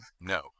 No